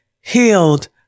healed